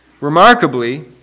Remarkably